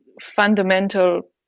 fundamental